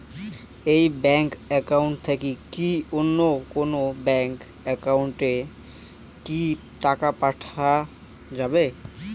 এই bank account থাকি কি অন্য কোনো ব্যাংক একাউন্ট এ কি টাকা পাঠা যাবে?